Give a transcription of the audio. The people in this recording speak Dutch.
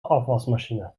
afwasmachine